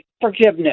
forgiveness